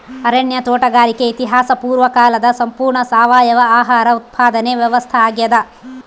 ಅರಣ್ಯ ತೋಟಗಾರಿಕೆ ಇತಿಹಾಸ ಪೂರ್ವಕಾಲದ ಸಂಪೂರ್ಣ ಸಾವಯವ ಆಹಾರ ಉತ್ಪಾದನೆ ವ್ಯವಸ್ಥಾ ಆಗ್ಯಾದ